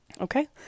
okay